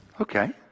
Okay